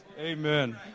Amen